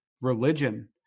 religion